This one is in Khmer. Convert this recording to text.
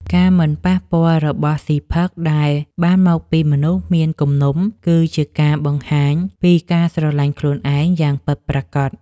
ការមិនប៉ះពាល់របស់ស៊ីផឹកដែលបានមកពីមនុស្សមានគំនុំគឺជាការបង្ហាញពីការស្រឡាញ់ខ្លួនឯងយ៉ាងពិតប្រាកដ។